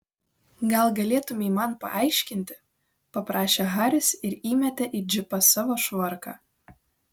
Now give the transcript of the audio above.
gal galėtumei man paaiškinti paprašė haris ir įmetė į džipą savo švarką